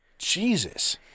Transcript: Jesus